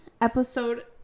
episode